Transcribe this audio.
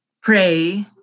pray